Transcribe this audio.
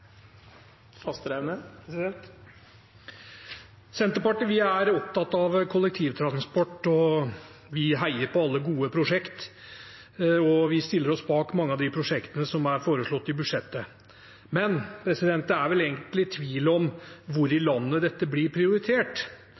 opptatt av kollektivtransport. Vi heier på alle gode prosjekter, og vi stiller oss bak mange av de prosjektene som er foreslått i budsjettet. Men det er vel egentlig tvil om hvor i landet dette blir prioritert.